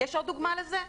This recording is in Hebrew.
יש עוד דוגמה לזה?